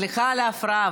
סליחה על ההפרעה,